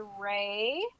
Ray